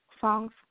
songs